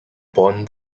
born